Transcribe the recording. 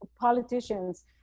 politicians